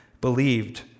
believed